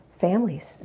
families